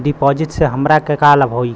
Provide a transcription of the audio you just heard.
डिपाजिटसे हमरा के का लाभ होई?